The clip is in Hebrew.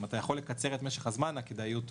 אם אתה יכול לקצר את משך הזמן הכדאיות עולה.